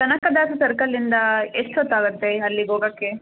ಕನಕದಾಸ ಸರ್ಕಲಿಂದ ಎಷ್ಟು ಹೊತ್ತಾಗುತ್ತೆ ಅಲ್ಲಿಗೋಗೋಕ್ಕೆ